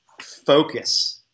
focus